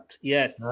Yes